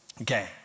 Okay